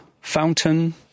fountain